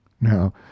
Now